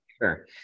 Sure